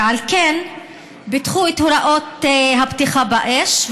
ועל כן פיתחו את הוראות הפתיחה באש,